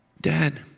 Dad